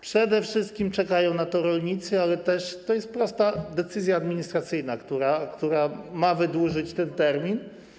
Przede wszystkim czekają na to rolnicy, ale też to jest prosta decyzja administracyjna, która ma wydłużyć ten termin.